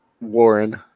Warren